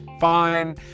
Fine